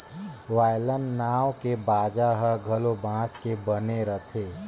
violin नांव के बाजा ह घलो बांस के बने रथे